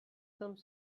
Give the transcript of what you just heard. some